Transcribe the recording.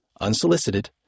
Unsolicited